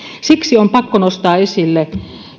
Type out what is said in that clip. siksi on pakko nostaa esille